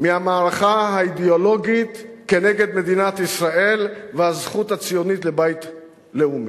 מהמערכה האידיאולוגית כנגד מדינת ישראל והזכות הציונית לבית לאומי.